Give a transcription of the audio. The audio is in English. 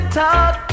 talk